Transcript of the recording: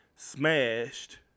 smashed